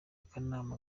akanama